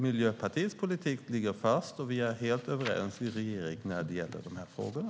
Miljöpartiets politik ligger fast, och vi är helt överens i regeringen när det gäller de här frågorna.